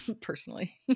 personally